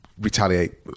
retaliate